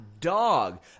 dog